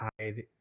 hide